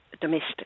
domestic